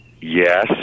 yes